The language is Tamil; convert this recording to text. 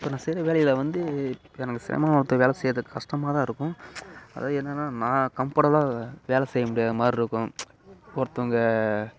இப்போ நான் செய்கிற வேலையில் வந்து வேலை செய்யறத்துக்கு கஷ்டமாக தான் இருக்கும் அதாவது என்னான்னால் நான் கம்ஃபர்டபுளாக வேலை செய்ய முடியாத மாதிரி இருக்கும் ஒருத்தவங்க